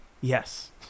Yes